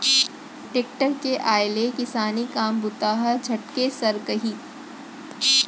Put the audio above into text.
tractor के आय ले किसानी काम बूता ह झटके सरकही